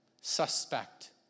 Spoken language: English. Suspect